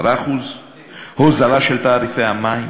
10%; הוזלה של תעריפי המים,